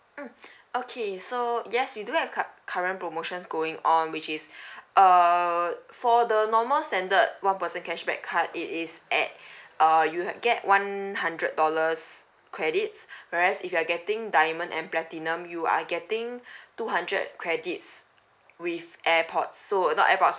mm okay so yes we do have cu~ current promotions going on which is err for the normal standard one percent cashback card it is at err you'll get one hundred dollars credit whereas if you're getting diamond and platinum you are getting two hundred credits with airport so err not airport